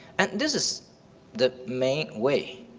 and this is the main way.